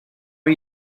are